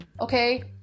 okay